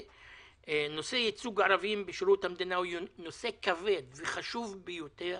נושא של ייצוג ערבים בשירות המדינה הוא נושא כבד וחשוב ביותר.